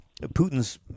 Putin's